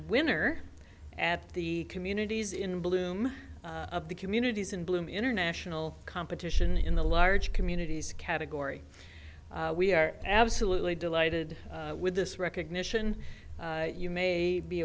winner at the communities in bloom of the communities in bloom international competition in the large communities category we are absolutely delighted with this recognition you may be